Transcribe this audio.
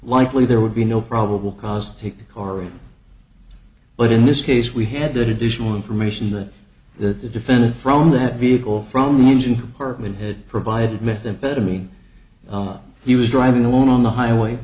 likely there would be no probable cause to take the car but in this case we had additional information that that the defendant from that vehicle from the engine compartment had provided methamphetamine he was driving along on the highway